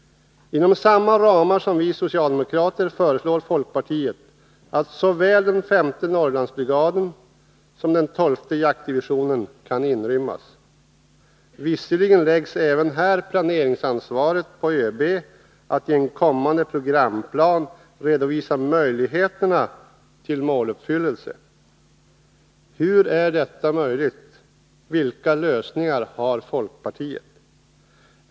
Inom samma ramar som vi socialdemokrater föreslår anser folkpartiet att såväl den femte Norrlandsbrigaden som den tolfte jaktdivisionen kan inrymmas. Visserligen läggs även här planeringsansvaret på ÖB, att i en kommande programplan redovisa möjligheterna till måluppfyllelse. Hur är detta möjligt? Vilka lösningar har folkpartiet?